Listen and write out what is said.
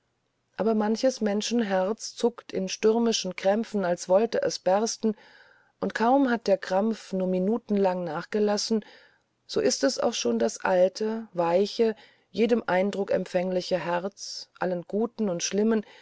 aber manches menschen herz zuckt in stürmischen krämpfen als wollt es bersten und kaum hat der krampf nur minuten lang nachgelassen so ist es auch schon das alte weiche jedem eindruck empfängliche herz allen guten und schlimmen